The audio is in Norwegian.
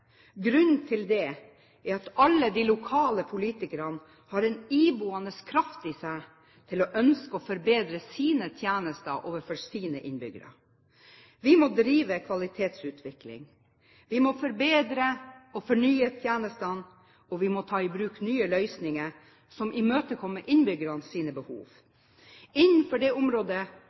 Grunnen til det er at alle de lokale politikerne har en iboende kraft i seg til å ønske å forbedre sine tjenester overfor egne innbyggere. Vi må drive kvalitetsutvikling, vi må forbedre og fornye tjenestene, og vi må ta i bruk nye løsninger som imøtekommer innbyggernes behov. Innenfor dette området betyr det